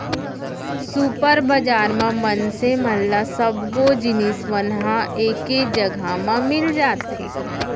super बजार म मनसे मन ल सब्बो जिनिस मन ह एके जघा म मिल जाथे